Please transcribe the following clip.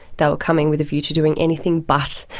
they were coming with a view to doing anything but,